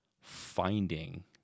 finding